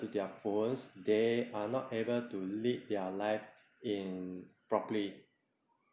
with their phones they are not able to lead their life in properly